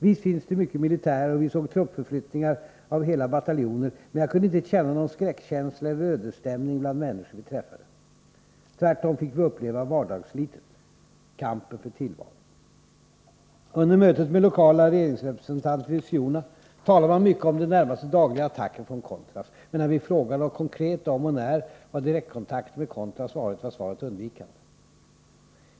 Visst fanns det mycket militärer och vi såg truppförflyttningar av hela bataljoner men jag kunde inte känna någon skräckkänsla eller ödesstämning bland människor vi träffade. Tvärtom fick vi uppleva vardagsslitet, kampen för tillvaron. Under mötet med lokala regeringsrepresentanter i Siuna talade man mycket om i det närmaste dagliga attacker från ”contras”. När vi frågade konkret om när och var senaste direktkontakten med ”contras” varit var svaret undvikande.